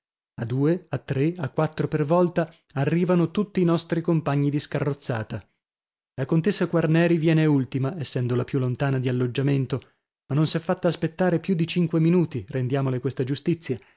a due a tre a quattro per volta arrivano tutti i nostri compagni di scarrozzata la contessa quarneri viene ultima essendo la più lontana di alloggiamento ma non s'è fatta aspettare più di cinque minuti rendiamole questa giustizia